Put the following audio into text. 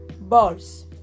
balls